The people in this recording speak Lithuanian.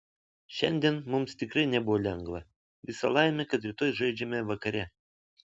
šiandien mums tikrai nebuvo lengva visa laimė kad rytoj žaidžiame vakare